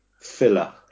filler